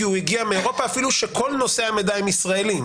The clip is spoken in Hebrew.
כי הוא הגיע מאירופה אפילו שכל נושאי המידע הם ישראלים?